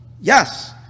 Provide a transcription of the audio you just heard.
Yes